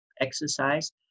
exercise